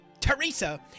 Teresa